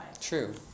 True